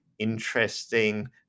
interesting